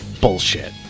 bullshit